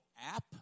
app